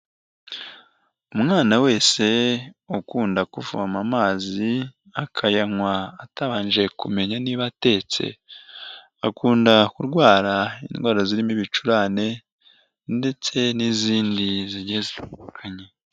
Umwana wese ukunda kuvoma amazi akayanywa atabanje kumenya niba atetse akunda kurwara indwara zirimo ibicurane ndetse n'izindi zigiye zitandukanye.